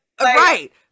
right